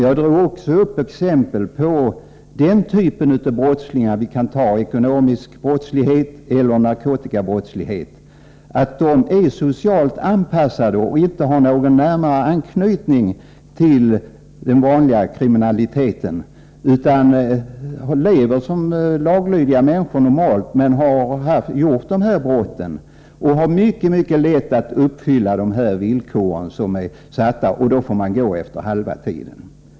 Jag gav också exempel på att den typen av brottslingar — det kan gälla ekonomisk brottslighet eller narkotikabrottslighet — är socialt anpassade och inte har någon närmare anknytning till den vanliga kriminaliteten utan normalt lever som laglydiga människor men har begått de här brotten. För dem är det mycket lätt att uppfylla de villkor som är uppsatta, och då får de friges efter halva tiden.